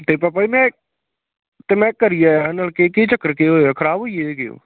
ते पापा जी में ते में करी आया हा नलके केह् चक्कर केह् होआ खराब होई एह्दे केह् ओह्